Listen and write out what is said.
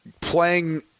playing